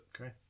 Okay